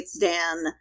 Dan